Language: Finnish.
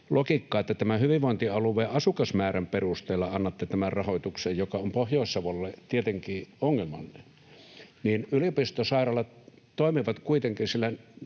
logiikkaa, että hyvinvointialueen asukasmäärän perusteella annatte tämän rahoituksen, mikä on Pohjois-Savolle tietenkin ongelmallinen. Kun yliopistosairaalat toimivat kuitenkin sillä